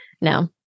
no